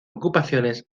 ocupaciones